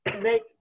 make